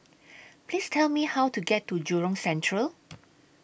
Please Tell Me How to get to Jurong Central